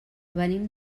venim